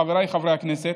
חבריי חברי הכנסת,